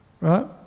right